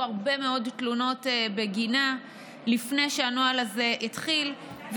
הרבה מאוד תלונות בגינה לפני שנוהל זה התחיל,